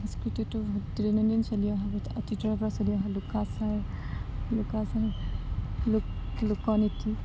সংস্কৃতিটো দৈনন্দিন চলি অহা অতীতৰপৰা চলি অহা লুকাচাৰ লুকাচাৰ লোক লোকনীতি